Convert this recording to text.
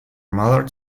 mallard